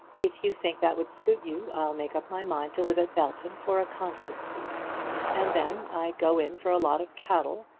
if you think that would suit you, i'll make up my mind to live at belton for a constancy and then i'd go in for a lot of cattle,